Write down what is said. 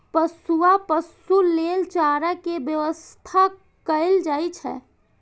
पोसुआ पशु लेल चारा के व्यवस्था कैल जाइ छै